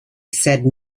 said